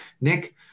Nick